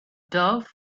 dove